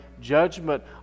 judgment